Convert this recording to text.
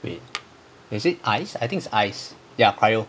eh is it ice I think it is ice ya cyro